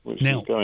Now